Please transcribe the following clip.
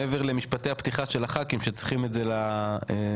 מעבר למשפטי הפתיחה של הח"כים שצריכים את זה לרשתות,